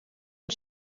une